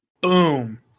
Boom